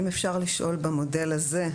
אם אפשר לשאול במודל הזה,